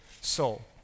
soul